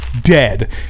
dead